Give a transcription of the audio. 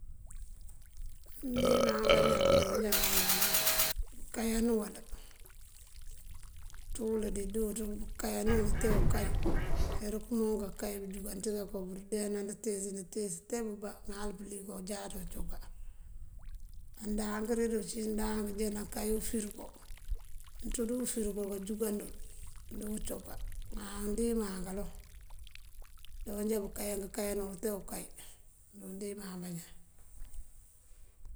Undímaa bañaan dooja ŋal bëëncí bëënkáyan uwul. Këënţúwul dí dúuţ unkáyan uwul tee unkáy. Uler ukëëmunk akáy, bëënjúnkan ţí káanko puri bundeena bëëntis bëëntis tee mëëmbá ŋal pëlí koojáaţ uncoká. Andáank uncí ndáank të náankáyi ufurigo. Núuţú dí ufurigo këënjúnkaŋdun, dúuwi coká. Maa undímaa kaloŋ, bëënjoonjá bëëndo búunkáyan këëkáyan uwël tee unkáy dí undímaa bañaan.